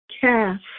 calf